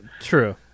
True